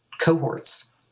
cohorts